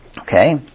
Okay